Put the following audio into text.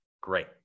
great